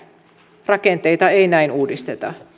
rakenteita ei näin uudisteta